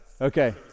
okay